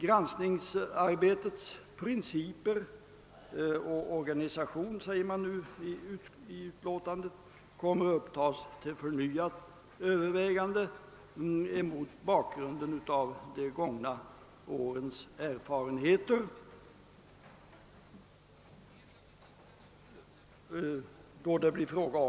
Granskningsarbetets principer och organisation kommer att upptas till förnyade överväganden mot bakgrunden av de gångna årens erfarenheter, heter det i utskottets memorial.